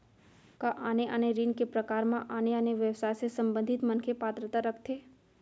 का आने आने ऋण के प्रकार म आने आने व्यवसाय से संबंधित मनखे पात्रता रखथे?